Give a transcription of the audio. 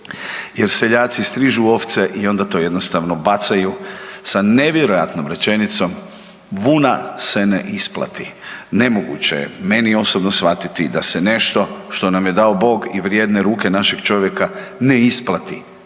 jer seljaci strižu ovce i onda to jednostavno bacaju sa nevjerojatnom rečenicom, vuna se ne isplati. Nemoguće je, meni osobno shvatiti da se nešto što nam je dao Bog i vrijedne ruke našeg čovjeka ne isplati